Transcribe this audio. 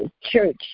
church